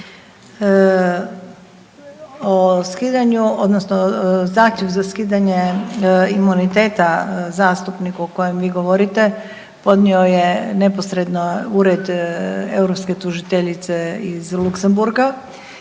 O skidanju, odnosno, zahtjev za skidanje imuniteta zastupniku o kojem vi govorite, podnio je neposredno Ured europske tužiteljice iz Luksemburga